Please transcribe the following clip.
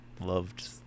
Loved